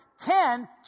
Ten